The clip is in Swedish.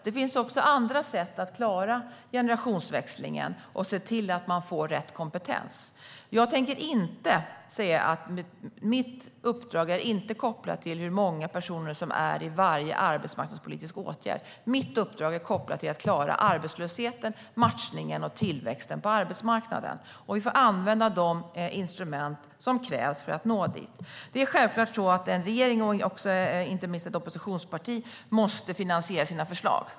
Det finns också andra sätt att klara generationsväxlingen och se till att man får rätt kompetens. Mitt uppdrag är inte kopplat till hur många personer som är i varje arbetsmarknadspolitisk åtgärd. Mitt uppdrag är kopplat till att klara arbetslösheten, matchningen och tillväxten på arbetsmarknaden. Vi får använda de instrument som krävs för att nå dit. En regering och inte minst ett oppositionsparti måste självklart finansiera sina förslag.